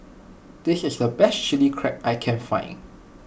this is the best Chili Crab that I can find